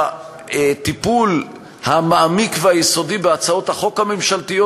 בטיפול המעמיק והיסודי בהצעות החוק הממשלתיות,